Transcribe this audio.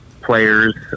players